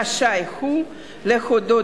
רשאי הוא להורות,